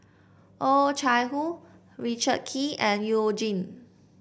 Oh Chai Hoo Richard Kee and You Jin